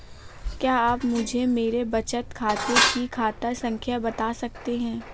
क्या आप मुझे मेरे बचत खाते की खाता संख्या बता सकते हैं?